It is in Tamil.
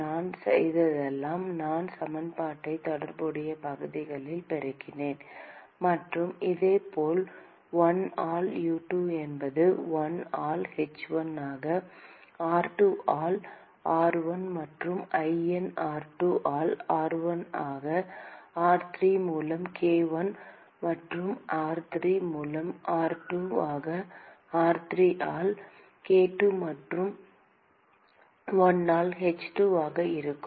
நான் செய்ததெல்லாம் நான் சமன்பாட்டை தொடர்புடைய பகுதியால் பெருக்கினேன் மற்றும் இதேபோல் 1 ஆல் U2 என்பது 1 ஆல் h1 ஆக r3 ஆல் r1 மற்றும் ln r2 ஆல் r1 ஆக r3 மூலம் k1 மற்றும் ln r3 மூலம் r2 ஆக r3 ஆல் k2 மற்றும் 1 ஆல் h2 ஆக இருக்கும்